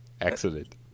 excellent